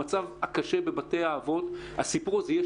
המצב הקשה בבתי האבות הסיפור הזה יש